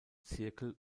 zirkel